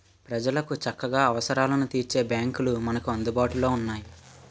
ప్రజలకు చక్కగా అవసరాలను తీర్చే బాంకులు మనకు అందుబాటులో ఉన్నాయి